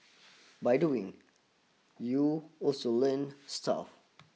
by doing you also learn stuff